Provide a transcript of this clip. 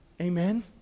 amen